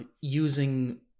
using